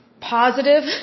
positive